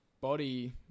body